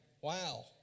Wow